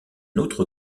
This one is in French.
autre